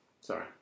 sorry